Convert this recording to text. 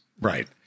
Right